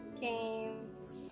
Games